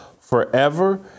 forever